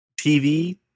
TV